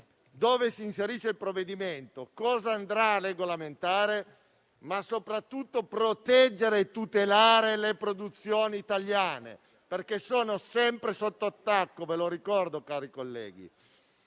dove si inserisce il provvedimento e cosa andrà a regolamentare, ma soprattutto di proteggere e tutelare le produzioni italiane, che sono sempre sotto attacco (ve lo ricordo, cari colleghi).